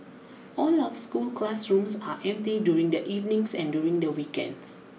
all our school classrooms are empty during the evenings and during the weekends